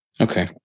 Okay